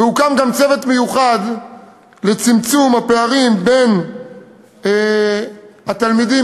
והוקם גם צוות מיוחד לצמצום הפערים בין התלמידים